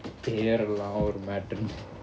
பேரெல்லாம்ஒரு:perellam oru matter இல்ல:illa